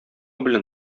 белән